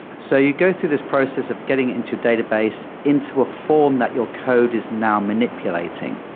so you go through this process of getting into database into a form that your code is now manipulating.